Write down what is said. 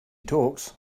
talks